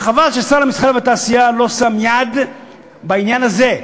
וחבל ששר המסחר והתעשייה לא שם יד בעניין הזה.